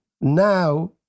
now